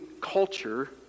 culture